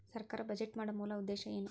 ಸರ್ಕಾರ್ ಬಜೆಟ್ ಮಾಡೊ ಮೂಲ ಉದ್ದೇಶ್ ಏನು?